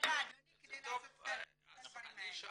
--- הדברים האלה.